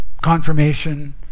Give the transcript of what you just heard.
confirmation